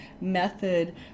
method